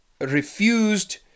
refused